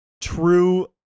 true